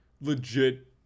legit